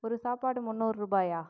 ஒரு சாப்பாடு முன்நூற் ரூபாயா